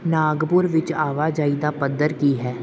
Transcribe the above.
ਨਾਗਪੁਰ ਵਿੱਚ ਆਵਾਜਾਈ ਦਾ ਪੱਧਰ ਕੀ ਹੈ